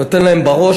אני נותן להם בראש,